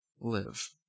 live